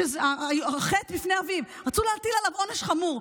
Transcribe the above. זה חטא, בפני אביו, רצו להטיל עליו עונש חמור.